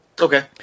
Okay